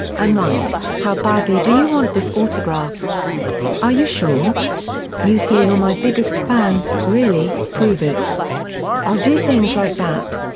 i'm like, how badly do you want this autograph are you sure you say you're my biggest fan, really, prove it i'll do things like that.